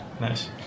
nice